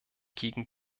gegen